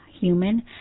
human